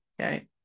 okay